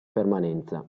permanenza